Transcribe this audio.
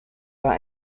war